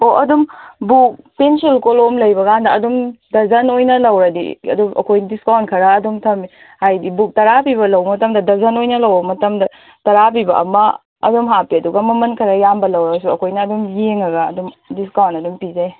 ꯑꯣ ꯑꯗꯨꯝ book pencil ꯀꯣꯂꯝ ꯂꯩꯕꯀꯥꯟꯗ ꯑꯗꯨꯝ ꯗꯖꯟ ꯑꯣꯏꯅ ꯂꯧꯔꯗꯤ ꯑꯗꯨ ꯑꯩꯈꯣꯏ ꯗꯤꯁꯀꯥꯎꯟ ꯈꯔ ꯑꯗꯨꯝ ꯊꯝꯃꯤ ꯍꯥꯏꯗꯤ ꯕꯨꯛ ꯇꯔꯥ ꯄꯤꯕ ꯂꯧꯕ ꯃꯇꯝꯗ ꯗꯖꯟ ꯑꯣꯏꯅ ꯂꯧꯕ ꯃꯇꯝꯗ ꯇꯔꯥ ꯄꯤꯕ ꯑꯃ ꯑꯗꯨꯝ ꯍꯥꯞꯄꯦ ꯑꯗꯨꯒ ꯃꯃꯟ ꯈꯔ ꯌꯥꯝꯕ ꯂꯧꯔꯁꯨ ꯑꯩꯈꯣꯏꯅ ꯑꯗꯨꯝ ꯌꯦꯡꯉꯒ ꯑꯗꯨꯝ ꯗꯤꯁꯀꯥꯎꯟ ꯑꯗꯨꯝ ꯄꯤꯖꯩ